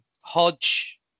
Hodge